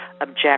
object